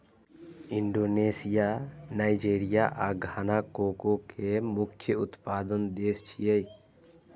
Indonesia, Nigeria आ Ghana cocoa के मुख्य उत्पादक देश छियै